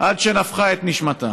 עד שנפחה את נשמתה.